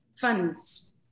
funds